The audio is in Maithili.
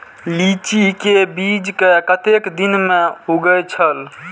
लीची के बीज कै कतेक दिन में उगे छल?